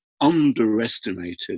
underestimated